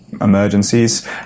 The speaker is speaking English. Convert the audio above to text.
emergencies